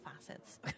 facets